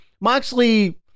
Moxley